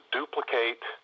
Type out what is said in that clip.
duplicate